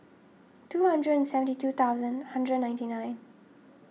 two hundred and seventy two thousand hundred ninety nine